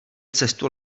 cestu